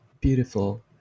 Beautiful